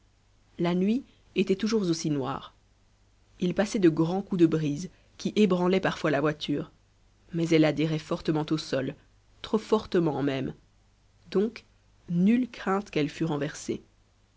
la nuit était toujours aussi noire il passait de grands coups de brise qui ébranlaient parfois la voiture mais elle adhérait fortement au sol trop fortement même donc nulle crainte qu'elle fût renversée